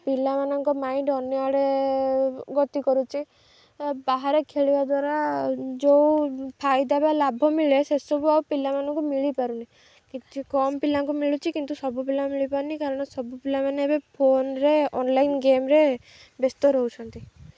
ପିଲାମାନଙ୍କ ମାଇଣ୍ଡ ଅନ୍ୟଆଡ଼େ ଗତି କରୁଛି ବାହାରେ ଖେଳିବା ଦ୍ୱାରା ଯେଉଁ ଫାଇଦା ବା ଲାଭ ମିଳେ ସେସବୁ ଆଉ ପିଲାମାନଙ୍କୁ ମିଳିପାରୁନି କିଛି କମ୍ ପିଲାଙ୍କୁ ମିଳୁଛି କିନ୍ତୁ ସବୁ ପିଲା ମିଳିପାରୁନି କାରଣ ସବୁ ପିଲାମାନେ ଏବେ ଫୋନ୍ରେ ଅନଲାଇନ୍ ଗେମ୍ରେ ବ୍ୟସ୍ତ ରହୁଛନ୍ତି